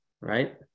right